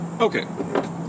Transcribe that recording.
Okay